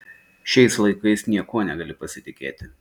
šiais laikais niekuo negali pasitikėti